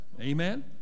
Amen